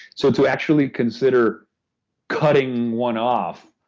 so to actually consider cutting one off,